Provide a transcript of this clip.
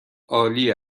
عالی